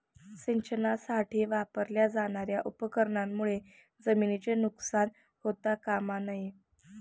सिंचनासाठी वापरल्या जाणार्या उपकरणांमुळे जमिनीचे नुकसान होता कामा नये